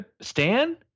Stan